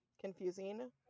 confusing